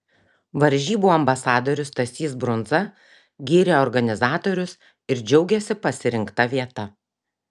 varžybų ambasadorius stasys brundza gyrė organizatorius ir džiaugėsi pasirinkta vieta